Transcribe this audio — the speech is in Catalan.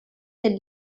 del